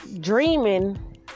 dreaming